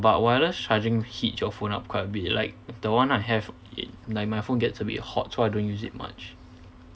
but wireless charging heats your phone up quite a bit like the one I have I~ like my phone gets a bit hot so I don't use it much